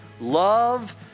love